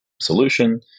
solution